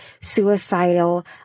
suicidal